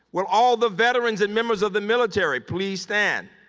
will all the veterans and members of the military, please stand.